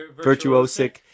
virtuosic